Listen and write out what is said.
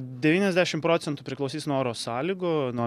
devyniasdešim procentų priklausys nuo oro sąlygų nuo